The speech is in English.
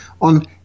on